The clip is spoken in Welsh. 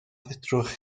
fedrwch